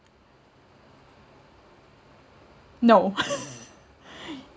no